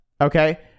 Okay